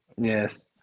Yes